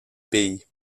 pays